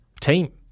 team